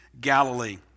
Galilee